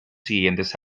siguientes